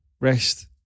rest